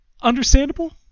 understandable